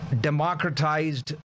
democratized